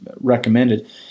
recommended